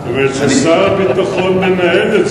זאת אומרת ששר הביטחון מנהל את זה,